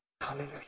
Hallelujah